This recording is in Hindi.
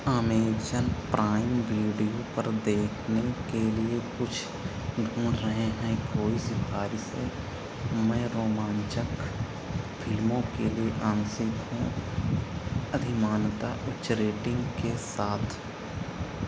अमेज़न प्राइम वीडियो पर देखने के लिए कुछ ढूंढ रहे हैं कोई सिफ़ारिशें मैं रोमांचक फिल्मों के लिए आंशिक हूँ अधिमानतः उच्च रेटिंग के साथ